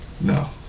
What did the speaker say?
No